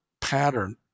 pattern